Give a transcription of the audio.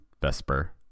Vesper